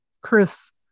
Chris